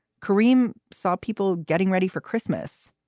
karim saw people getting ready for christmas,